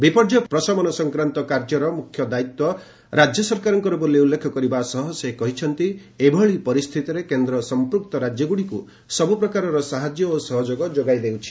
ବିପର୍ଯ୍ୟୟ ପ୍ରଶମନ ସଂକ୍ରାନ୍ତ କାର୍ଯ୍ୟର ମ୍ରଖ୍ୟ ଦାୟିତ୍ୱ ରାଜ୍ୟ ସରକାରଙ୍କ ବୋଲି ଉଲ୍ଲେଖ କରିବା ସହ ସେ କହିଛନ୍ତି ଏଭଳି ପରିସ୍ଥିତିରେ କେନ୍ଦ୍ର ସଂପ୍ରକ୍ତ ରାଜ୍ୟଗ୍ରଡ଼ିକ୍ ସବ୍ରପ୍ରକାରର ସାହାଯ୍ୟ ସହଯୋଗ ଯୋଗାଇଦେଉଛି